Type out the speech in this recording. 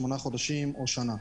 שמונה חודשים או שנה.